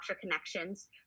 Connections